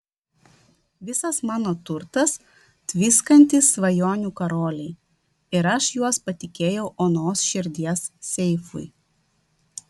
visas mano turtas tviskantys svajonių karoliai ir aš juos patikėjau onos širdies seifui